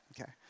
Okay